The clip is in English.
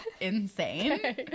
insane